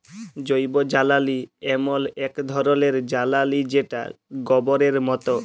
জৈবজ্বালালি এমল এক ধরলের জ্বালালিযেটা গবরের মত